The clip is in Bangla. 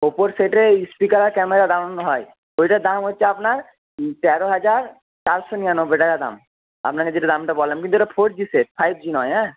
ওপোর সেটে স্পিকার আর ক্যামেরা দারুন হয় ওইটা দাম হচ্ছে আপনার তেরো হাজার চারশো নিরানব্বই টাকা দাম আপনাকে যেটা দামটা বললাম কিন্তু এটা four G set five G নয় হ্যাঁ